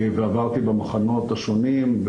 ועברתי במחנות השונים.